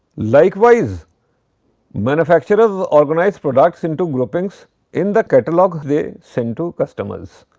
likewise, manufacturers organize products into groupings in the catalog they send to customers.